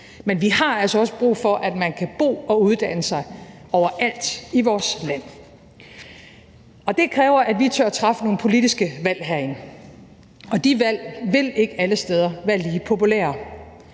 men vi har altså også brug for, at man kan bo og uddanne sig overalt i vores land, og det kræver, at vi tør træffe nogle politiske valg herinde, og de valg vil ikke alle steder være lige populære.